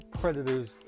predators